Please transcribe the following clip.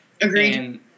Agreed